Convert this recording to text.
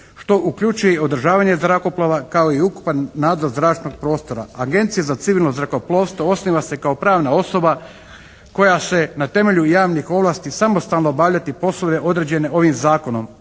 što uključuje i održavanje zrakoplova kao i ukupan nadzor zračnog prostora. Agencija za civilno zrakoplovstvo osniva se kao pravna osoba koja će na temelju javnih ovlasti samostalnost obavljati poslove određene ovim zakonom.